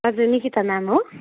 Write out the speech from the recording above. हजुर निकिता म्याम हो